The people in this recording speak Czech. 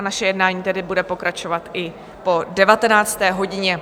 Naše jednání tedy bude pokračovat i po 19. hodině.